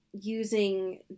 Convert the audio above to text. using